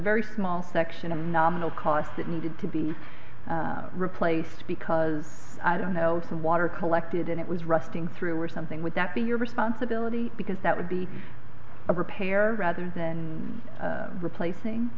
very small section of nominal cost that needed to be replaced because i don't know if the water collected in it was resting through or something would that be your responsibility because that would be a repair rather than replacing